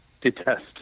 detest